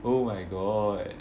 oh my god